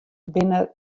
binne